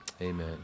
Amen